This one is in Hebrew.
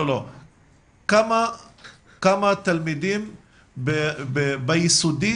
כמה תלמידים ביסודי